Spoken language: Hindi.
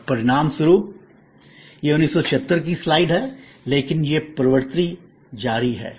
और परिणाम स्वरूप यह 1976 की स्लाइड है लेकिन यह प्रवृत्ति जारी है